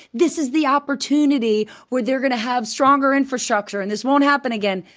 this is the opportunity where they're gonna have stronger infrastructure. and this won't happen again.